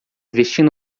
vestindo